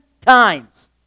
times